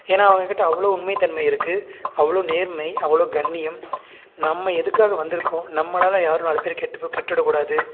ஏன்னா அவங்கக்கிட்ட அவ்வளோ உண்மை தன்மை இருக்குது அவ்வளோ நேர்மை அவ்வளோ கண்ணியம் நம்ம எதுக்காக வந்திருக்கோம் நம்மளால் யாரும் நாலு பேர் கெட்டு போ கெட்டிட கூடாது